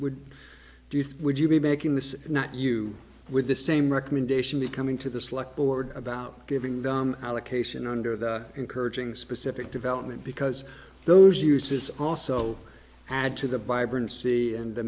think would you be making this not you with the same recommendation that coming to the select board about giving the allocation under the encouraging specific development because those uses also add to the bible and see in the